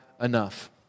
enough